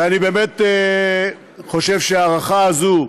ואני חושב שההארכה הזאת,